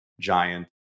giant